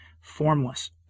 formless